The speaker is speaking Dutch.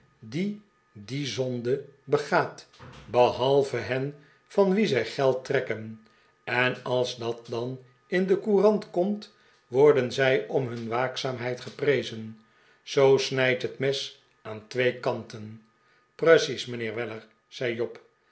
die die zonde begaat behalve hen van wie zij geld trekken en als dat dan in de courant komt worden zij om hun waakzaamheid geprezen zoo snijdt het mes aan twee kanten precies mijnheer weller zei job